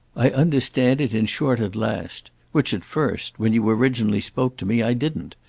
i understand it in short at last which at first when you originally spoke to me i didn't.